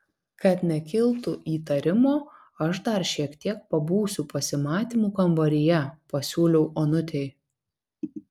kad nekiltų įtarimo aš dar šiek tiek pabūsiu pasimatymų kambaryje pasiūliau onutei